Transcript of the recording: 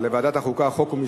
לדיון מוקדם בוועדה שתקבע ועדת